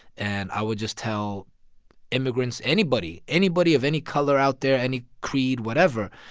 and i would just tell immigrants, anybody anybody of any color out there, any creed, whatever,